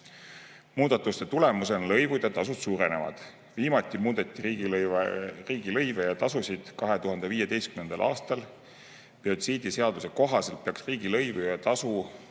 eest. Muudatuste tulemusena lõivud ja tasud suurenevad. Viimati muudeti riigilõive ja tasusid 2015. aastal. Biotsiidiseaduse kohaselt peaks riigilõivu‑ ja